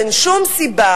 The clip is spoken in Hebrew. אין שום סיבה